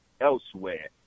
elsewhere